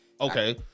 Okay